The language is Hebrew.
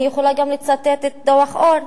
אני יכולה גם לצטט את דוח-אור,